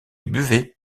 buvait